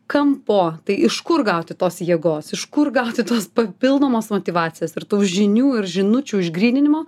kampo tai iš kur gauti tos jėgos iš kur gauti tos papildomos motyvacijos ir tų žinių ir žinučių išgryninimo